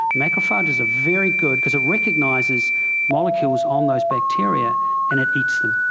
macrophages are very good, because it recognises molecules on those bacteria and it eats them,